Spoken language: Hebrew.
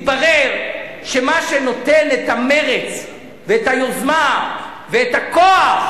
מתברר שמה שנותן את המרץ והיוזמה והכוח